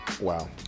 Wow